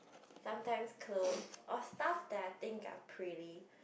sometimes cloth of stuff that I think I'm pretty